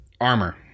armor